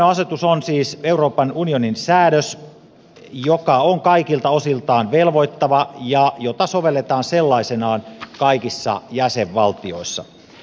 toimeenpanoasetus on siis euroopan unionin säädös joka on kaikilta osiltaan velvoittava ja jota sovelletaan sellaisenaan kaikissa jäsenvaltioissa